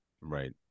Right